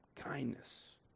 Kindness